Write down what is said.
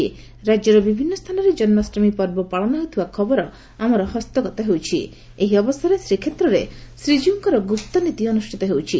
ରାକ୍ୟର ବିଭିନ୍ଦ ସ୍ଥାନରେ ଜନ୍କାଷ୍ଟମୀ ପର୍ବ ପାଳନ ହେଉଥିବା ଖବର ଆମର ହସ୍ତଗତ ହେଉଛି ଏହି ଅବସରରେ ଶ୍ରୀକ୍ଷେତ୍ରରେ ଶ୍ରୀଜୀଉଙ୍କର ଗୁପ୍ତନୀତି ଅନୁଷ୍ବିତ ହେଉଛି